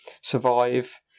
survive